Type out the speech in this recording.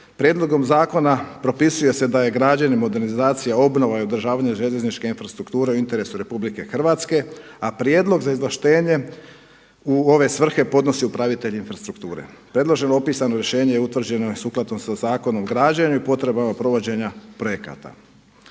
Prijedlogom zakona propisuje se da je građenje, modernizacija, obnova i održavanje željezničke infrastrukture u interesu Republike Hrvatske, a prijedlog za izvlaštenje u ove svrhe podnosi upravitelj infrastrukture. Predloženo opisano rješenje je utvrđeno sukladno sa Zakonom o građenju i potrebama provođenja projekata.